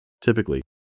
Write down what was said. Typically